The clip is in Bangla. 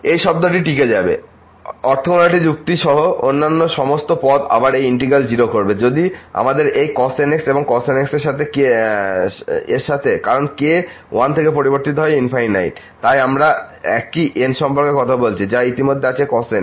এই শব্দটি টিকে থাকবে অরথগোনালিটি যুক্তি সহ অন্যান্য সমস্ত পদ আবার এই ইন্টিগ্র্যাল 0 করবে যদি আমাদের এই cos nx এবং এই cos nx এর সাথে কারণ k 1 থেকে পরিবর্তিত হয় তাই আমরা একই n সম্পর্কে কথা বলছি যা ইতিমধ্যে আছে cos nx